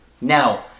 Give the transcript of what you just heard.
now